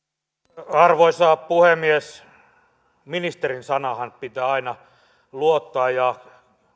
arvoisa puhemies ministerin sanaanhan pitää aina luottaa ja